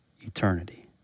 eternity